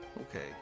Okay